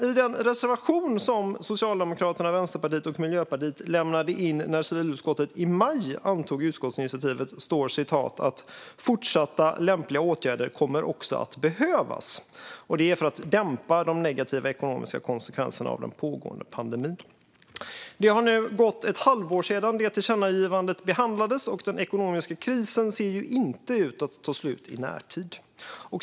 I den reservation som Socialdemokraterna, Vänsterpartiet och Miljöpartiet lämnade in när civilutskottet i maj antog utskottsinitiativet för att dämpa de ekonomiska konsekvenserna av pandemin står det: "Fortsatta, lämpliga åtgärder kommer också att behövas." Det har nu gått ett halvår sedan tillkännagivandet behandlades, och den ekonomiska krisen ser inte ut att ta slut i närtid.